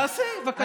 תעשה, בבקשה.